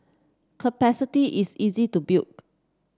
capacity is easy to build